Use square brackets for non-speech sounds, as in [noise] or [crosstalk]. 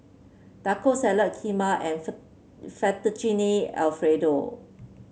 Taco Salad Kheema and [unintelligible] Fettuccine Alfredo